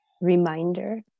reminder